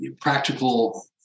practical